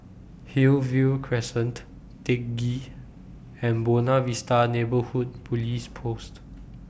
Hillview Crescent Teck Ghee and Buona Vista Neighbourhood Police Post